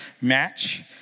match